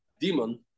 demon